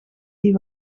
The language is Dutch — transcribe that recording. die